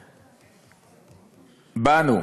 בנו,